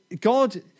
God